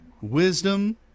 Wisdom